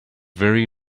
very